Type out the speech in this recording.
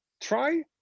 try